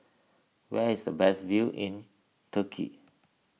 where is the best view in Turkey